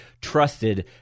trusted